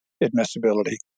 admissibility